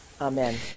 Amen